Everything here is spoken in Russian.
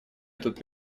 этот